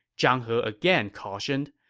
zhang he again cautioned.